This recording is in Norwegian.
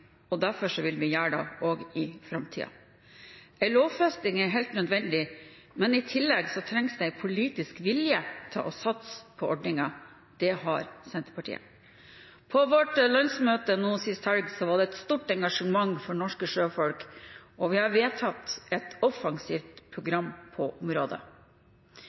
og derfor vil vi gjøre det også i framtiden. En lovfesting er helt nødvendig, men i tillegg trengs det politisk vilje til å satse på ordningen. Det har Senterpartiet. På vårt landsmøte sist helg var det et stort engasjement for norske sjøfolk, og vi har vedtatt et offensivt program på